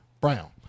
Brown